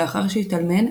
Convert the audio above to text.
לאחר שהתאלמן,